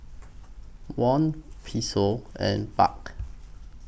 Won Peso and Baht